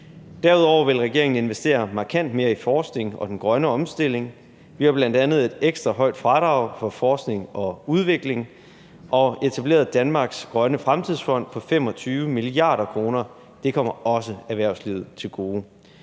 Derudover vil regeringen investere markant mere i forskning og den grønne omstilling. Vi har bl.a. et ekstra højt fradrag for forskning og udvikling, og vi har etableret Danmarks Grønne Fremtidsfond på 25 mia. kr. Det kommer også erhvervslivet til gode.